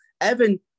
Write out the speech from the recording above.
Evan